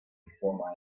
before